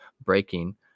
breaking